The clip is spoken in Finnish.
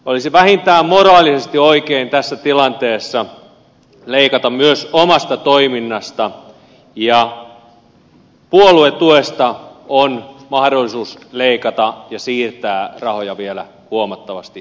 olisi vähintään moraalisesti oikein tässä tilanteessa leikata myös omasta toiminnasta ja puoluetuesta on mahdollisuus leikata ja siirtää rahoja vielä huomattavasti enemmän